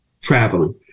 traveling